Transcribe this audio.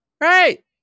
right